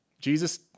Jesus